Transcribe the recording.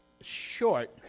short